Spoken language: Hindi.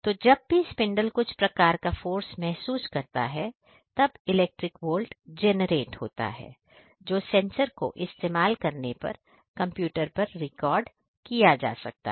तो जब भी स्पिंडल कुछ प्रकार का फोर्स महसूस करता है तब इलेक्ट्रिक वोल्ट जनरेट होता है जो सेंसर को इस्तेमाल करने पर कंप्यूटर पर रिकॉर्ड किया जाता है